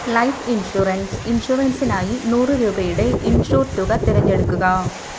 life insurance ഇൻഷുറൻസിനായി നൂറു രൂപയുടെ ഇൻഷുർ തുക തിരഞ്ഞെടുക്കുക